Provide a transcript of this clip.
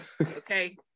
Okay